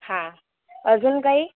हां अजून काही